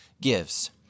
gives